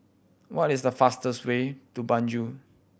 what is the fastest way to Banjul